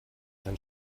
dann